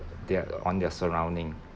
they're on their surrounding